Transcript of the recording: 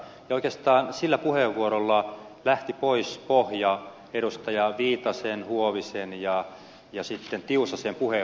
oikeastaan sillä puheenvuorolla lähti pois pohja edustajien viitanen huovinen ja tiusanen puheenvuoroilta